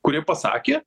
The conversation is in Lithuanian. kurie pasakė